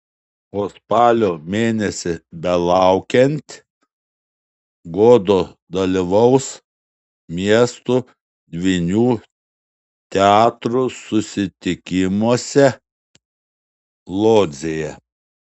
o spalio mėnesį belaukiant godo dalyvaus miestų dvynių teatrų susitikimuose lodzėje